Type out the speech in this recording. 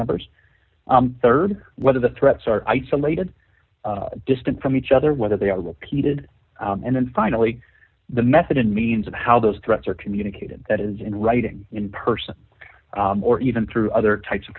members rd whether the threats are isolated distant from each other whether they are repeated and then finally the method and means of how those threats are communicated that is in writing in person or even through other types of